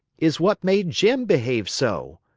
is what made jim behave so.